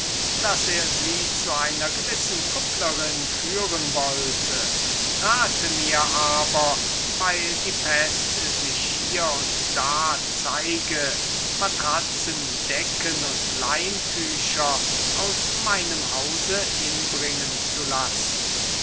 daß er sie zu einer gewissen kupplerin führen wollte rate mir aber weil die pest sich hier und da zeige matratzen decken und leintücher aus meinem hause hinbringen zu lassen